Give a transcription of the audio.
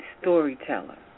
storyteller